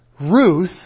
Ruth